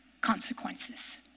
consequences